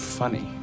funny